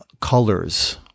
colors